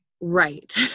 Right